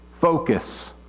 focus